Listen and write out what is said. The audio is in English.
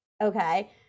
okay